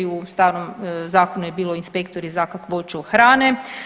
U starom zakonu je bilo inspektori za kakvoću hrane.